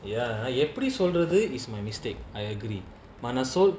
ya எப்படிசொல்றது:epdi solrathu is my mistake I agree